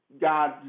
God